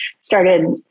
started